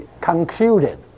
concluded